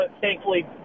thankfully